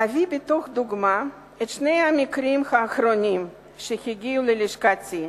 אביא בתור דוגמה את שני המקרים האחרונים שהגיעו ללשכתי.